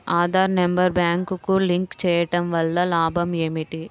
Aadhaar number బ్యాంక్నకు link చేయుటవల్ల లాభం ఏమిటి?